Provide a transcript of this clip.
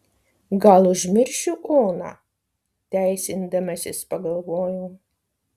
gal užmiršiu oną teisindamasis pagalvojau